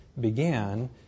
began